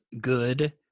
good